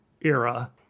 era